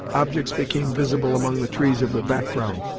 objects became visible among the trees of the background,